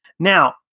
Now